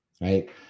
Right